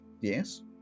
yes